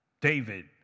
David